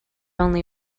only